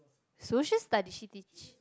social studies she teach